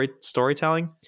storytelling